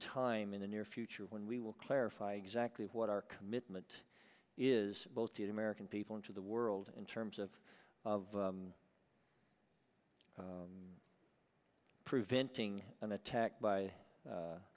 time in the near future when we will clarify exactly what our commitment is both the american people and to the world in terms of of preventing an attack by